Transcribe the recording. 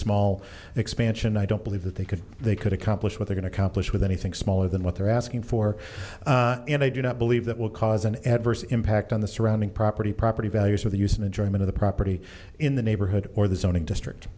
small expansion i don't believe that they could they could accomplish what they can accomplish with anything smaller than what they're asking for and i do not believe that will cause an adverse impact on the surrounding property property values with the use of a joining of the property in the neighborhood or the zoning district